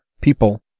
people